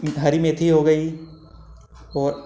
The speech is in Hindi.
हरी मेथी हो गई और